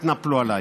כבר התנפלו עליי.